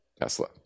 tesla